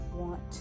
want